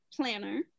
planner